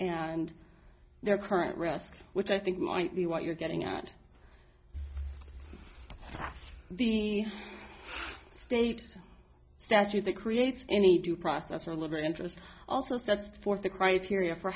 and their current risk which i think might be what you're getting at the state statute that creates any due process or a liberal interest also sets forth the criteria for